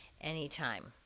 anytime